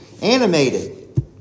Animated